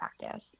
practice